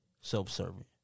self-serving